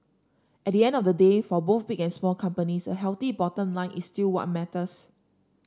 at the end of the day for both big and small companies a healthy bottom line is still what matters